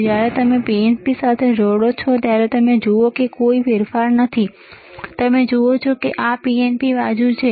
તેથી જ્યારે તમે તેને PNP સાથે જોડો છો ત્યારે જુઓ કોઈ ફેરફાર નથી તમે જુઓ છો કે આ PNP બાજુ છે